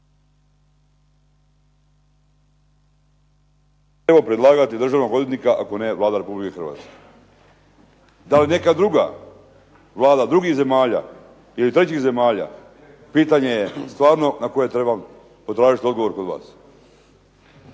bi trebao predlagati državnog odvjetnika ako ne Vlada Republike Hrvatske. Da li neka druga vlada drugih zemalja ili trećih zemalja, pitanje je stvarno na koje trebam potražiti odgovor kod vas.